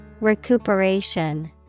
Recuperation